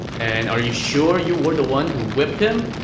and are you sure you were the one who whipped him?